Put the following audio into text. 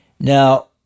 Now